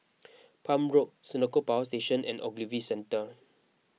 Palm Road Senoko Power Station and Ogilvy Centre